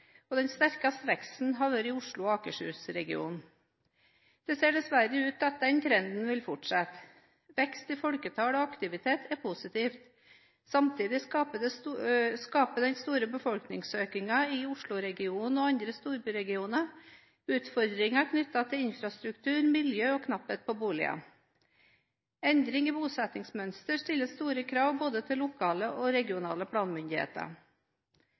og den sterkeste veksten har vært i Oslo- og Akershus-regionen. Det ser dessverre ut til at denne trenden vil fortsette. Vekst i folketall og aktivitet er positivt, samtidig skaper den store befolkningsøkningen i Oslo-regionen og i andre storbyregioner utfordringer knyttet til infrastruktur, miljø og knapphet på boliger. Endring i bosettingsmønster stiller store krav både til lokale og til regionale planmyndigheter.